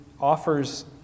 offers